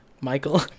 Michael